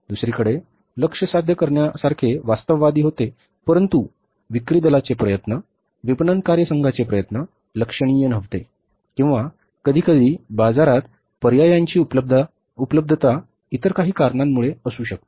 दुसरीकडे लक्ष्य साध्य करण्यासारखे वास्तववादी होते परंतु विक्री दलाचे प्रयत्न विपणन कार्यसंघाचे प्रयत्न लक्षणीय नव्हते किंवा कधीकधी बाजारात पर्यायांची उपलब्धता इतर काही कारणांमुळे असू शकते